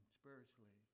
spiritually